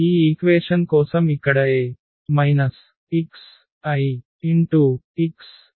ఈ ఈక్వేషన్ కోసం ఇక్కడ A xIx 0